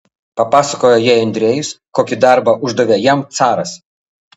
papasakojo jai andrejus kokį darbą uždavė jam caras